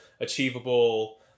achievable